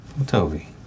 toby